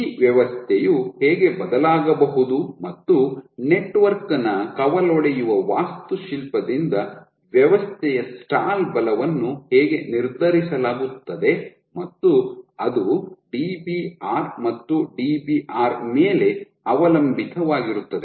ಈ ವ್ಯವಸ್ಥೆಯು ಹೇಗೆ ಬದಲಾಗಬಹುದು ಮತ್ತು ನೆಟ್ವರ್ಕ್ ನ ಕವಲೊಡೆಯುವ ವಾಸ್ತುಶಿಲ್ಪದಿಂದ ವ್ಯವಸ್ಥೆಯ ಸ್ಟಾಲ್ ಬಲವನ್ನು ಹೇಗೆ ನಿರ್ಧರಿಸಲಾಗುತ್ತದೆ ಮತ್ತು ಅದು Dbr ಮತ್ತು Dbr ಮೇಲೆ ಅವಲಂಬಿತವಾಗಿರುತ್ತದೆ